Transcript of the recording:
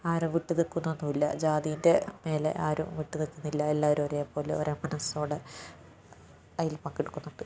ആരും വിട്ട് നിൽക്കുന്നൊന്നും ഇല്ല ജാതീന്റെ മേലെ ആരും വിട്ടു നിൽക്കുന്നില്ല എല്ലാവരും ഒരേപോലെ ഒരേ മനസ്സോടെ അതിൽ പങ്കെടുക്കുന്നുണ്ട്